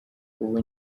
ubu